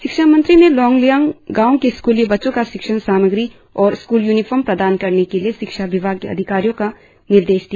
शिक्षा मंत्री ने लोंगलियांग गांव के स्क्ली बच्चों को शिक्षण सामग्री और स्कूल यूनिफॉर्म प्रदान करने के लिए शिक्षा विभाग के अधिकारियों को निर्देश दिया